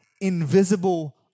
invisible